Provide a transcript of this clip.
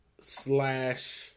slash